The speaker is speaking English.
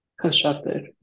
constructed